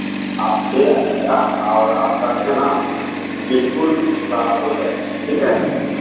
आप ले आइएगा और आपका जो है न बिल्कुल सुधार हो जाएगा ठीक है